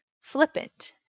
Flippant